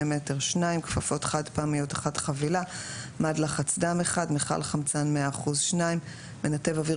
מטרים 2 כפפות חד פעמיות 1 חבילה מד לחץ דם 1 מכל-חמצן 100% 2 מנתב אוויר